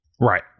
Right